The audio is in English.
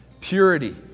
Purity